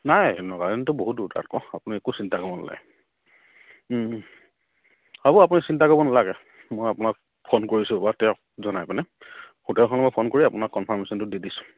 নাই বহুত দূৰ তাত আপুনি একো চিন্তা কৰিব নালাগে হ'ব আপুনি চিন্তা কৰিব নালাগে মই আপোনাক ফোন কৰিছোঁ বা তেওঁক জনাই পিনে হোটেলখনত মই ফোন কৰি আপোনাক কনফাৰ্মেশ্যনটো দি দিছোঁ